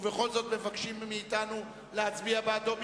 ובכל זאת מבקשים מאתנו להצביע בעדו.